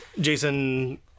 Jason